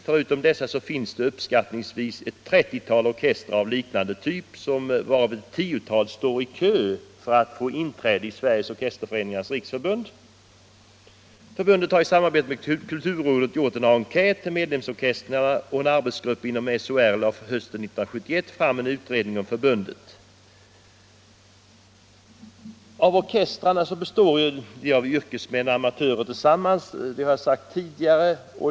Förutom dessa finns det uppskattningsvis ett 30-tal orkestrar av liknande typ, varav ett 10-tal står i kö för inträde i SOR. Att orkestrarna består av yrkesmän och amatörer tillsammans, har jag sagt tidigare.